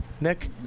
Nick